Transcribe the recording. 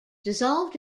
dissolved